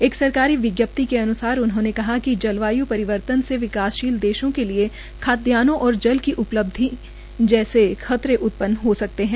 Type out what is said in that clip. एक सरकारी विज्ञप्ति के अन्सार उन्होंने कहा कि जलवाय् परिवर्तन से विकासशील देशों के लिए खाद्यानों और जल की उपलब्धता जैसे खतरे उत्पन्न हो सकते है